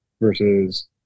versus